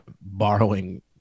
borrowing